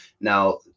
now